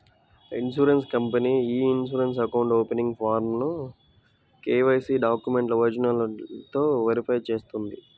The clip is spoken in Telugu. insurance company e insurance account opening ఫారమ్ను కేవైసీ డాక్యుమెంట్ల ఒరిజినల్లతో వెరిఫై చేస్తుంది